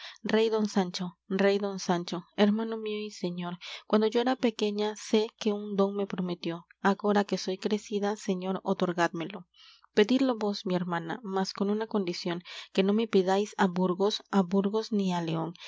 rey don sancho rey don sancho hermano mío y señor cuando yo era pequeña sé que un dón me prometió agora que soy crecida señor otorgadmeló pedidlo vos mi hermana mas con una condición que no me pidáis á burgos á burgos ni á león